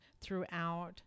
throughout